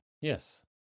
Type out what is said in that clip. Yes